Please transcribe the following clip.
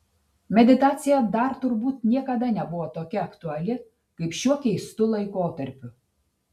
meditacija dar turbūt niekada nebuvo tokia aktuali kaip šiuo keistu laikotarpiu